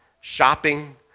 shopping